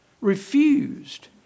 refused